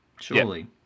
Surely